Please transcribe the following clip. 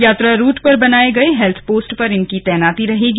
यात्रा रूट पर बनाए गए हेल्थ पोस्ट पर इनकी तैनाती रहेगी